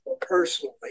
personally